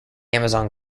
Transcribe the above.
amazon